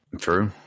True